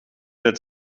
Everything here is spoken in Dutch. het